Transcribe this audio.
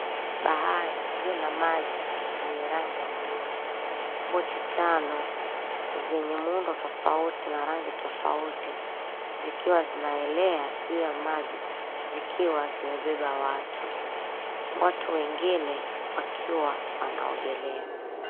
Bahari iliyo na maji yenye rangi ya bluu, boti tano zenye muundo tofauti na rangi tofauti zikiwa zinaelea juu ya maji zikiwa zimebeba watu, watu wengine wakiwa wanaongelea.